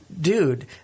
Dude